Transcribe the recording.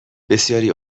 بسیاری